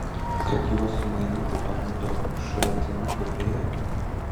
kad juos sumainyti panūdo šratinukų fėja